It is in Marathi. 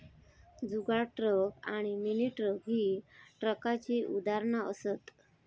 जुगाड ट्रक आणि मिनी ट्रक ही ट्रकाची उदाहरणा असत